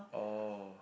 oh